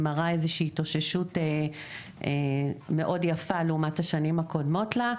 זה מראה איזושהי התאוששות מאוד יפה לעומת השנים הקודמות להן.